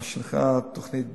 מה שנקרא תוכנית "בינה".